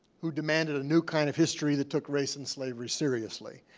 who demanded a new kind of history that took race and slavery seriously.